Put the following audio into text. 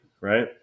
right